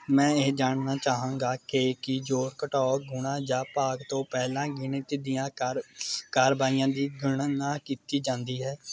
ਮੈਂ ਇਹ ਜਾਣਨਾ ਚਾਹਾਂਗਾ ਕਿ ਕੀ ਜੋੜ ਘਟਾਓ ਗੁਣਾ ਜਾਂ ਭਾਗ ਤੋਂ ਪਹਿਲਾਂ ਗਣਿਤ ਦੀਆਂ ਕਾਰ ਕਾਰਵਾਈਆਂ ਦੀ ਗਣਨਾ ਕੀਤੀ ਜਾਂਦੀ ਹੈ